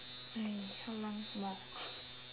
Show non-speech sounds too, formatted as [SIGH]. !hey! how long more [LAUGHS]